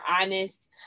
honest